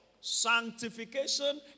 Sanctification